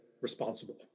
responsible